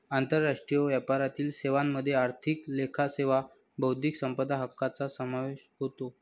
आंतरराष्ट्रीय व्यापारातील सेवांमध्ये आर्थिक लेखा सेवा बौद्धिक संपदा हक्कांचा समावेश होतो